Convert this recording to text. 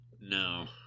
No